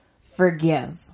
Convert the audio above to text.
forgive